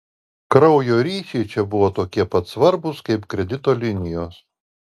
kraujo ryšiai čia buvo tokie pats svarbūs kaip kredito linijos